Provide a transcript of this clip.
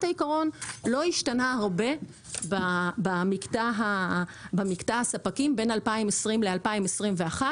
העיקרון לא השתנה הרבה במקטע הספקים בין 2020 ל-2021,